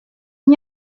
n’y